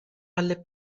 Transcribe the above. alle